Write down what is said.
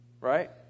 right